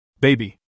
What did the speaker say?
Baby